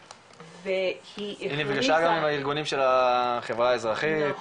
היא נפגשה עם הארגונים גם של החברה האזרחית,